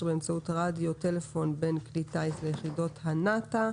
באמצעות רדיו-טלפון בין כלי הטיס ליחידת הנת"א,